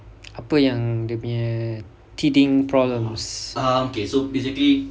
apa yang teething problems